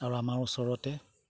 আৰু আমাৰ ওচৰতে